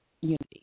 unity